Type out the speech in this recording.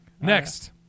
Next